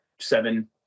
seven